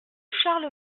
charles